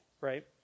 right